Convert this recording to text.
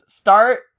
start